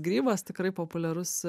grybas tikrai populiarus